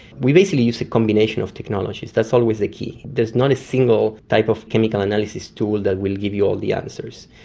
we basically use a combination of technologies, that's always the key. there's not a single type of chemical analysis tool that will give you all the answers.